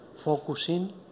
focusing